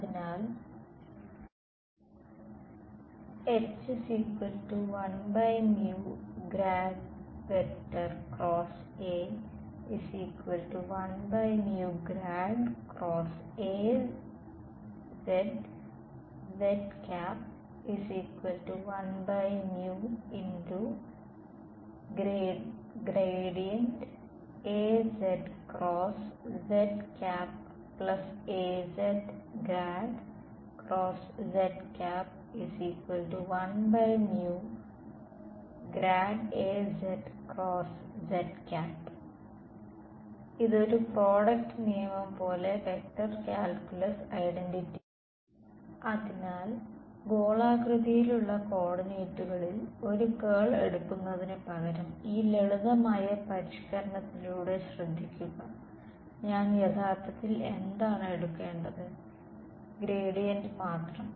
അതിനാൽ ഇത് ഒരു പ്രോഡക്റ്റ് നിയമം പോലെ വെക്റ്റർ കാൽക്കുലസ് ഐഡന്റിറ്റിയാണ് അതിനാൽ ഗോളാകൃതിയിലുള്ള കോർഡിനേറ്റുകളിൽ ഒരു കേൾ എടുക്കുന്നതിന് പകരം ഈ ലളിതമായ പരിഷ്ക്കരണത്തിലൂടെ ശ്രദ്ധിക്കുക ഞാൻ യഥാർത്ഥത്തിൽ എന്താണ് എടുക്കേണ്ടത് ഗ്രേഡിയന്റ് മാത്രം